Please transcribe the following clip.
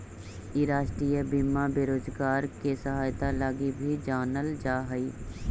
इ राष्ट्रीय बीमा बेरोजगार के सहायता लगी भी जानल जा हई